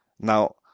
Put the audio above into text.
Now